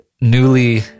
newly